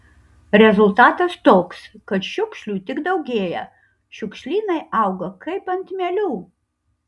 rezultatas toks kad šiukšlių tik daugėja šiukšlynai auga kaip ant mielių